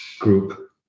group